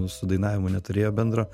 su dainavimu neturėjo bendro